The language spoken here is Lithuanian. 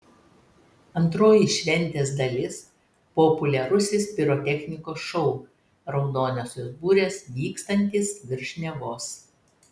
antroji šventės dalis populiarusis pirotechnikos šou raudonosios burės vykstantis virš nevos